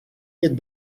est